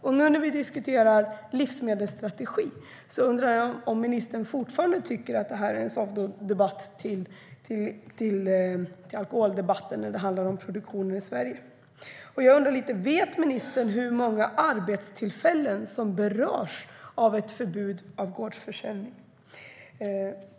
När vi nu diskuterar livsmedelsstrategin undrar jag om ministern fortfarande tycker att det här är en pseudodebatt om alkoholdebatten när det handlar om produktionen i Sverige.Jag undrar också om ministern vet hur många arbetstillfällen som berörs av ett förbud mot gårdsförsäljning.